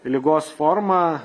ligos forma